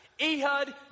Ehud